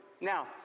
Now